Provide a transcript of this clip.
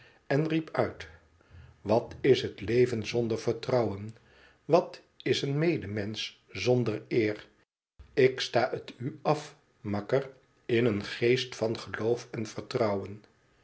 en riep tiit i wat is het leven zonder vertrouwen wat is een medemensch zonder eer ik sta het u af makker in een geest van geloof en vertrouwen